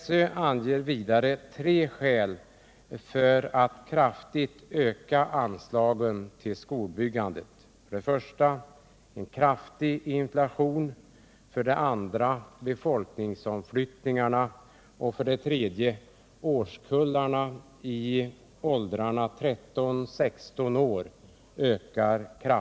SÖ anger vidare tre skäl för en kraftig ökning av anslagen till skolbyggandet: 1. en kraftig inflation, 2. befolkningsomflyttningarna och 3. den starka ökningen av kullarna i åldrarna 13-16 år.